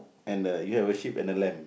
and you have a sheep and a lamb